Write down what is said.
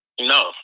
No